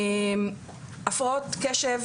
הפרעות קשב